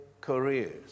careers